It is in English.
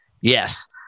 Yes